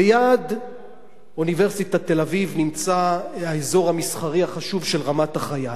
ליד אוניברסיטת תל-אביב נמצא האזור המסחרי החשוב של רמת-החייל.